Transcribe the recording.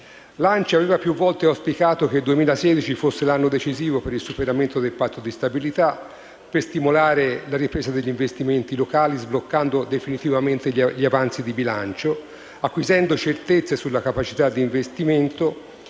L'ANCI aveva più volte auspicato che il 2016 fosse l'anno decisivo per il superamento del Patto di stabilità, per stimolare la ripresa degli investimenti locali, sbloccando definitivamente gli avanzi di bilancio, acquisendo certezze sulla capacità di investimento